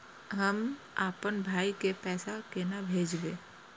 हम आपन भाई के पैसा केना भेजबे?